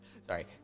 Sorry